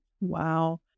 Wow